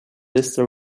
lister